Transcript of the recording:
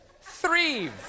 three